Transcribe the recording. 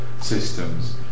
systems